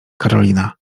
karolina